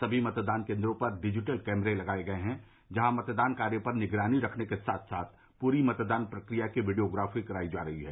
समी मतदान केन्द्रों पर डिजिटल कैमरे लगाये गये हैं जहां मतदान कार्य पर निगरानी रखने के साथ साथ पूरी मतदान प्रक्रिया की वीडियोग्राफी कराई जा रही है